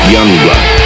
Youngblood